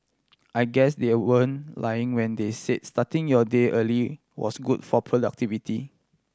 I guess they weren't lying when they say starting your day early was good for productivity